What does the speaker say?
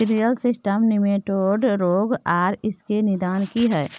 Cereal system nematode रोग आर इसके निदान की हय?